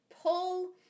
pull